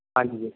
ਹਾਂਜੀ